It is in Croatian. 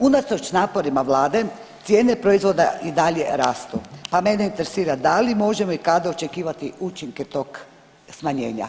Unatoč naporima Vlade cijene proizvoda i dalje rastu, pa mene interesira da li možemo i kada očekivati učinke tog smanjenja.